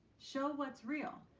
show what's real.